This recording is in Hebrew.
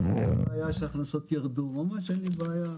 אין בעיה שההכנסות ירדו, ממש אין לי בעיה.